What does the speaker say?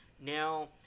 Now